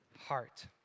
heart